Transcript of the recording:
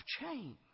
change